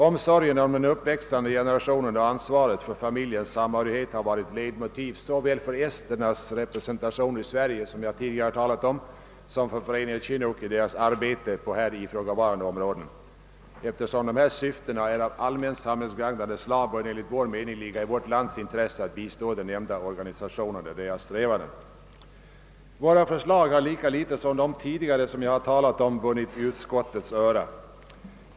Omsorgen om den uppväxande generationen och ansvaret för familjens samhörighet har varit ledmotiv såväl för Esternas representation i Sverige, som jag tidigare talat om, som för föreningen Chinuch i deras arbete på här ifrågavarande områden. Då dessa syften är av allmänt samhällsgagnande slag bör det enligt vår mening ligga i vårt lands intresse att bistå de nämnda organisationerna i deras strävanden. Våra förslag har lika litet som de tidigare jag har talat om vunnit utskottets öra.